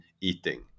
eating